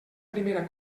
primera